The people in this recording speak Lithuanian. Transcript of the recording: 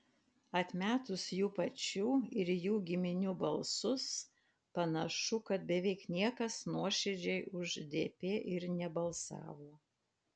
atmetus jų pačių ir jų giminių balsus panašu kad beveik niekas nuoširdžiai už dp ir nebalsavo